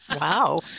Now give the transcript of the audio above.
Wow